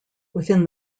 within